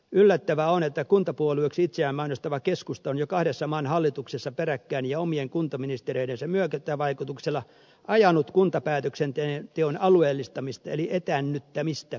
yllättävää on että kuntapuolueeksi itseään mainostava keskusta on jo kahdessa maan hallituksessa peräkkäin ja omien kuntaministereidensä myötävaikutuksella ajanut kuntapäätöksenteon alueellistamista eli etäännyttämistä kuntalaisista